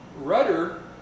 rudder